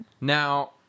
Now